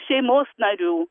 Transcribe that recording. šeimos narių